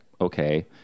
okay